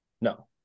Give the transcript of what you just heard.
no